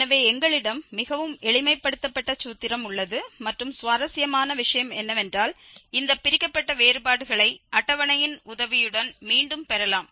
எனவே எங்களிடம் மிகவும் எளிமைப்படுத்தப்பட்ட சூத்திரம் உள்ளது மற்றும் சுவாரஸ்யமான விஷயம் என்னவென்றால் இந்த பிரிக்கப்பட்ட வேறுபாடுகளை அட்டவணையின் உதவியுடன் மீண்டும் பெறலாம்